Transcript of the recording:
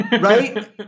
Right